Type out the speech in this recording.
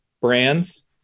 brands